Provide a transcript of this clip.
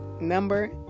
Number